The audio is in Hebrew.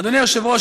אדוני היושב-ראש,